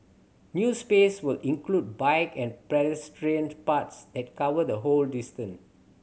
new space will include bike and pedestrian paths that cover the whole distance